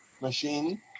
Machine